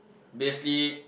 basically